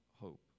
hope